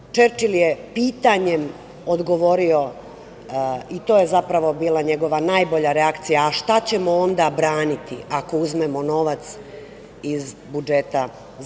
Čerčil je pitanjem odgovorio, i to je, zapravo bila njegova najbolja reakcija – Šta ćemo onda braniti ako uzmemo novac iz budžeta za